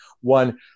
one